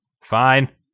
Fine